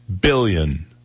billion